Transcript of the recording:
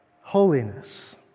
holiness